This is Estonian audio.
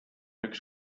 üks